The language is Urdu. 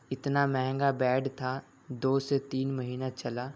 اتنا مہنگا بیڈ تھا دو سے تین مہینہ چلا